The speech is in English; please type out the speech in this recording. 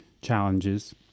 challenges